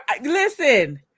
listen